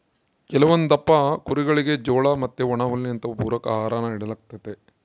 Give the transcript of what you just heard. ಕೆಲವೊಂದಪ್ಪ ಕುರಿಗುಳಿಗೆ ಜೋಳ ಮತ್ತೆ ಒಣಹುಲ್ಲಿನಂತವು ಪೂರಕ ಆಹಾರಾನ ನೀಡಲಾಗ್ತತೆ